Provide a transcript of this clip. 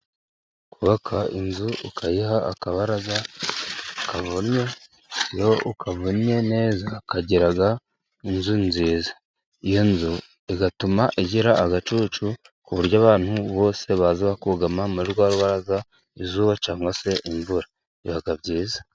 Kubaka inzu ukayiha akabaraza kavunnye. Iyo kavunnye neza, kagira inzu nziza iyo nzu bigatuma igira agacucu, ku buryo abantu bose baza kugama muri rwarubaraza izuba cyangwa se imvura, biba byiza.